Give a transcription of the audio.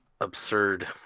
absurd